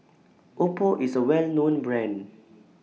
Oppo IS A Well known Brand